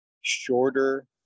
shorter